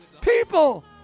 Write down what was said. People